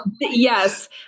yes